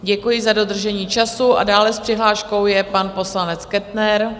Děkuji za dodržení času a dále s přihláškou je pan poslanec Kettner.